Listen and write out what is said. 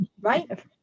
right